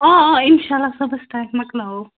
آ آ اِنشاءاللہ صُبحس تانیٚتھ مۄکلاوَو